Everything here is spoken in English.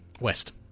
West